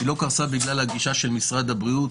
היא לא קרסה בגלל הגישה של משרד הבריאות.